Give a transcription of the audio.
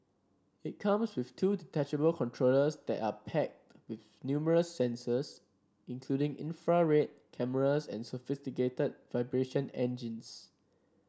it comes with two detachable controllers that are packed with numerous sensors including infrared cameras and sophisticated vibration engines